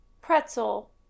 Pretzel